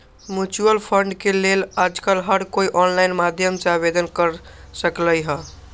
mutual fund के लेल आजकल हर कोई ऑनलाईन माध्यम से आवेदन कर सकलई ह